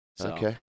Okay